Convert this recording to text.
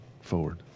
forward